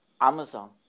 Amazon